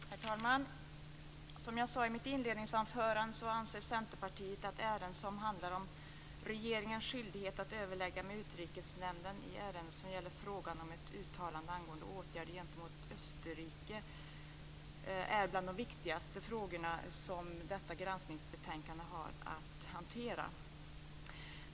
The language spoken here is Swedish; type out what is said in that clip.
Herr talman! Som jag sade i mitt inledningsanförande anser Centerpartiet att ärendet som handlar om regeringens skyldighet att överlägga med Utrikesnämnden i frågan om ett uttalande angående åtgärder gentemot Österrike är bland de viktigaste frågor som detta granskningsbetänkande har att hantera.